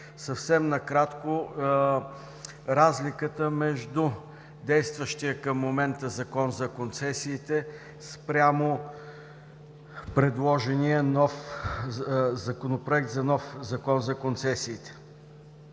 Съвсем накратко разликата между действащия към момента Закон за концесиите спрямо предложения Законопроект за нов Закон за концесиите.